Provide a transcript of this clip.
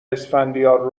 اسفندیار